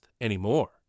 anymore